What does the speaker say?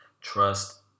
Trust